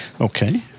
Okay